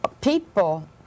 people